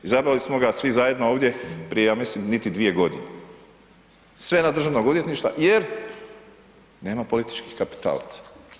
Izabrali smo ga svi zajedno ovdje prije ja mislim niti 2 godine, sve na državnog odvjetništva jer nema političkih kapitalaca.